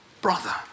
brother